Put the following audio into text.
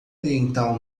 oriental